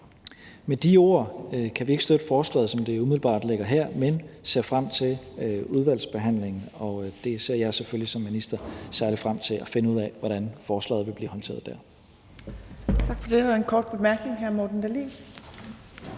jeg sige, at vi ikke kan støtte forslaget, som det umiddelbart ligger her, men vi ser frem til udvalgsbehandlingen, og jeg ser som minister selvfølgelig særlig frem til at finde ud af, hvordan forslaget vil blive håndteret der.